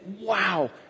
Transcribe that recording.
wow